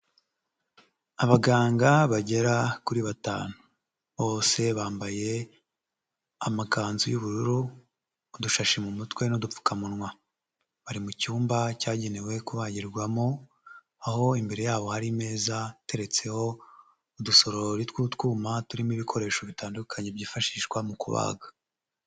Abaganga bagera kuri batanu. Bose bambaye amakanzu y'ubururu udushashi mu mutwe n'udupfukamunwa. Bari mu cyumba cyagenewe kubagirwamo, aho imbere y'abo hari imeza iteretseho udusorori tw'utwuma turimo ibikoresho bitandukanye byifashishwa mu kubaga.